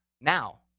now